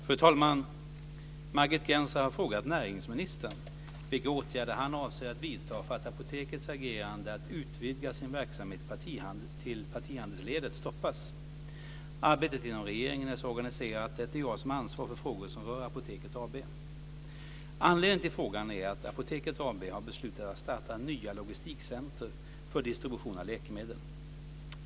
Fru talman! Margit Gennser har frågat näringsministern vilka åtgärder han avser att vidta för att Apotekets agerande att utvidga sin verksamhet till partihandelsledet stoppas. Arbetet inom regeringen är så organiserat att det är jag som har ansvar för frågor som rör Apoteket AB. Anledningen till frågan är att Apoteket AB har beslutat att starta nya logistikcentrum för distribution av läkemedel.